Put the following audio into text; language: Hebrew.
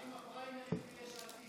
מה עם הפריימריז ביש עתיד?